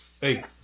Hey